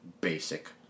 basic